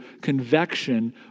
convection